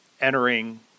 entering